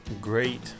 great